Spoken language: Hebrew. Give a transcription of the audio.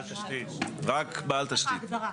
רק בעל תשתית.